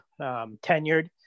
tenured